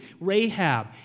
Rahab